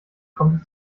kommt